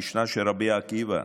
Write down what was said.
המשנה של רבי עקיבא.